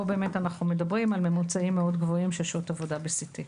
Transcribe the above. פה באמת אנחנו מדברים על ממוצעים מאוד גבוהים של שעות עבודה ב-CT.